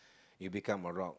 you become a rock